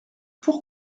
pour